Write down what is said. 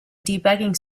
debugging